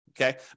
Okay